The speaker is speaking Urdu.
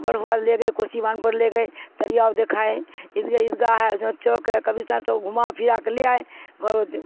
بڑھا لے گئے کوسیی مانگ پر لے گئے ترییاؤ دھا عید عیدگاہ ہے جو چوک ہے کبستان سب گھما پھرا کے لے آئے گھر